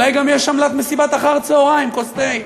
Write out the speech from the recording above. אולי גם יש עמלת מסיבת אחר-הצהריים עם כוס תה.